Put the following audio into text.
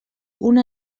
una